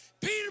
Peter